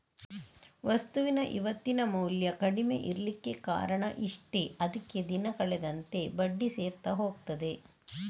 ವಸ್ತುವಿನ ಇವತ್ತಿನ ಮೌಲ್ಯ ಕಡಿಮೆ ಇರ್ಲಿಕ್ಕೆ ಕಾರಣ ಇಷ್ಟೇ ಅದ್ಕೆ ದಿನ ಕಳೆದಂತೆ ಬಡ್ಡಿ ಸೇರ್ತಾ ಹೋಗ್ತದೆ